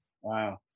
Wow